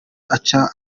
aca